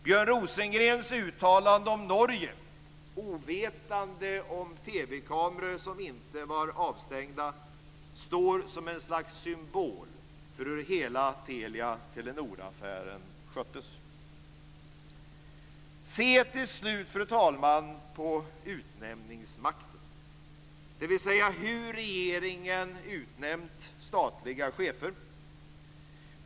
Björn Rosengrens uttalande om Norge, ovetande om TV-kameror som inte var avstängda, står som ett slags symbol för hur hela Telia-Telenoraffären sköttes. Se till sist, fru talman, på utnämningsmakten, dvs. hur regeringen har utnämnt statliga chefer!